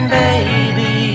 baby